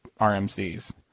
RMCs